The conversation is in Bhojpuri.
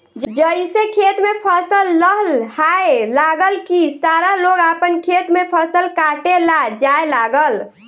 जइसे खेत में फसल लहलहाए लागल की सारा लोग आपन खेत में फसल काटे ला जाए लागल